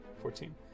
Fourteen